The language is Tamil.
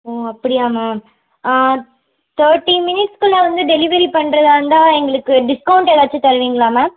ஓ அப்படியா மேம் தேர்ட்டி மினிட்டிஸ்குள்ளே வந்து டெலிவரி பண்றதாக இருந்தால் எங்களுக்கு டிஸ்கவுண்ட் ஏதாச்சும் தருவீங்களா மேம்